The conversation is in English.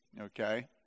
Okay